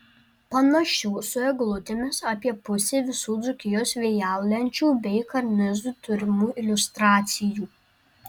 panašių su eglutėmis apie pusė visų dzūkijos vėjalenčių bei karnizų turimų iliustracijų